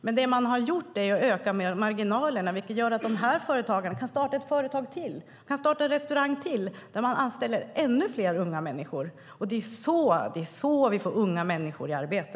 Men det man har gjort är att öka marginalerna, vilket gör att dessa företagare kan starta ett företag till eller en restaurang till där de anställer ännu fler unga människor. Det är så vi får unga människor i arbete.